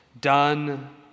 done